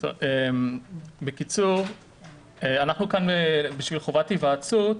אנחנו כאן לשם חובת היוועצות.